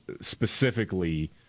specifically